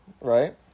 Right